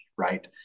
right